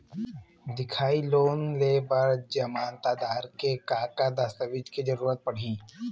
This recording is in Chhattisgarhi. दिखाही लोन ले बर जमानतदार के का का दस्तावेज के जरूरत पड़ही?